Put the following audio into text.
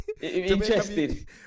interested